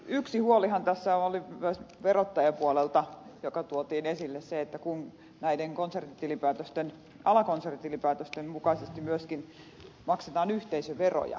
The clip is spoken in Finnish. yksi huolihan joka tässä tuotiin myös verottajan puolelta esille oli se kun näiden alakonsernin tilinpäätösten mukaisesti myöskin maksetaan yhteisöveroja